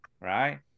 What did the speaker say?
right